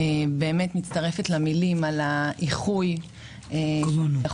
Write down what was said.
אני מצטרפת למילים על האיחוי שאתה